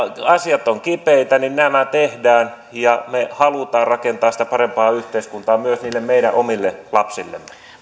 asiat ovat kipeitä nämä tehdään ja me haluamme rakentaa sitä parempaa yhteiskuntaa myös niille meidän omille lapsillemme